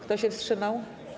Kto się wstrzymał?